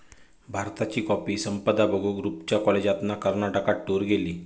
भारताची कॉफी संपदा बघूक रूपच्या कॉलेजातना कर्नाटकात टूर गेली